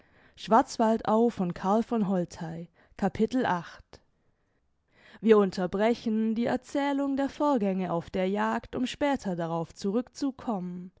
capitel wir unterbrechen die erzählung der vorgänge auf der jagd um später darauf zurückzukommen